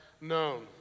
known